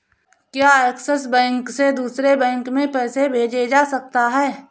क्या Axis bank से दूसरे बैंक में पैसे भेजे जा सकता हैं?